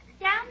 Down